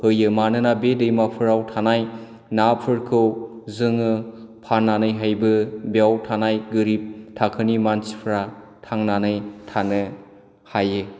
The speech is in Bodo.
होयो मानोना बे दैमाफोराव थानाय नाफोरखौ जोङो फाननानैहायबो बेयाव थानाय गोरिब थाखोनि मानसिफोरा थांनानै थानो हायो